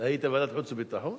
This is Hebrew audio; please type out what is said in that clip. אתה היית בוועדת חוץ וביטחון?